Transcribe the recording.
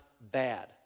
bad